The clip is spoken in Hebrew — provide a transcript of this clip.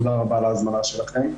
תודה רבה על ההזמנה שלכם.